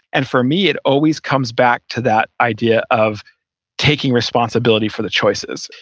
and for me it always comes back to that idea of taking responsibility for the choices.